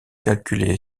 calculé